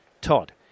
Todd